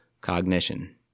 cognition